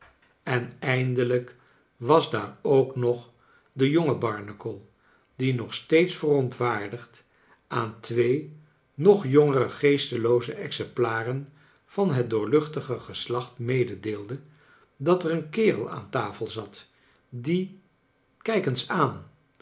en eindelijk was daar nog de jonge barnacle die nog steeds verontwaardigd aan twee nog jongere geestelooze exemplaren van het doorluchtige geslacht meedeelde dat er eea kerel aan tafel zat die kijk eens aan